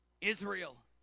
Israel